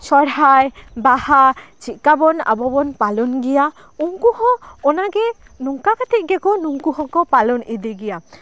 ᱥᱚᱦᱨᱟᱭ ᱵᱟᱦᱟ ᱪᱮᱫᱠᱟᱵᱚᱱ ᱟᱵᱚ ᱵᱚᱱ ᱯᱟᱞᱚᱱ ᱜᱮᱭᱟ ᱩᱱᱠᱩ ᱦᱚᱸ ᱚᱱᱟᱜᱮ ᱱᱚᱝᱠᱟ ᱠᱟᱛᱮᱫ ᱜᱮ ᱱᱩᱝᱠᱩ ᱦᱚᱸᱠᱚ ᱯᱟᱞᱚᱱ ᱤᱫᱤ ᱜᱮᱭᱟ